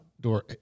door